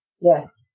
Yes